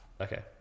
Okay